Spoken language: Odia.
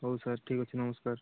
ହଉ ସାର୍ ଠିକ୍ ଅଛି ନମସ୍କାର